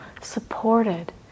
supported